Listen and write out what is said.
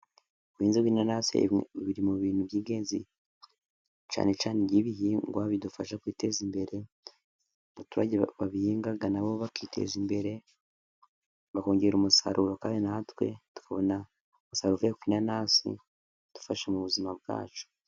Ubuhinzi bw'inanasi buri mu bintu by'ingenzi, cyane cyane nk'ibihingwa bidufasha kwiteza imbere, abaturage babihinga na bo bakiteza imbere bakongera umusaruro, kandi na twe tukabona umusaruro uvuye ku nanasi, idufasha mu buzima bwacu.